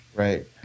Right